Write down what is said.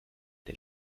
der